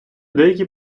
деякі